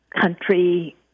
country